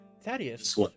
Thaddeus